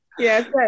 Yes